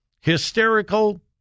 hysterical